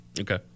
Okay